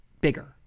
bigger